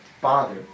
bother